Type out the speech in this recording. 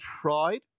tried